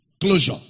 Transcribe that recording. closure